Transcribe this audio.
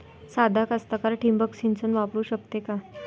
सादा कास्तकार ठिंबक सिंचन वापरू शकते का?